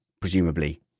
presumably